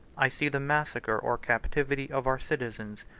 i see the massacre or captivity of our citizens,